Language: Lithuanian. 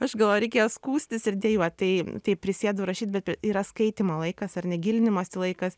aš galvoju reikėjo skųstis ir dejuot tai tai prisėdau rašyti be yra skaitymo laikas ar ne gilinimosi laikas